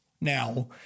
now